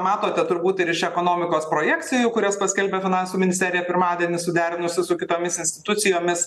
matote turbūt ir iš ekonomikos projekcijų kurias paskelbė finansų ministerija pirmadienį suderinusi su kitomis institucijomis